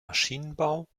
maschinenbau